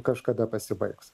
kažkada pasibaigs